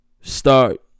Start